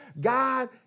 God